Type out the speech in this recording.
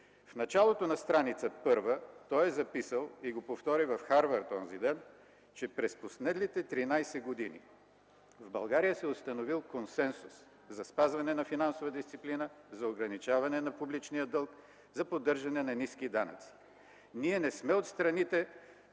В началото на страница 1, той е записал, и го повтори в Харвард онзи ден, че през последните 13 години в България се е установил консенсус за спазване на финансова дисциплина, за ограничаване на публичния дълг, за поддържане на ниски данъци. Ние не сме от страните